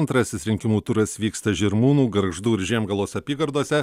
antrasis rinkimų turas vyksta žirmūnų gargždų ir žiemgalos apygardose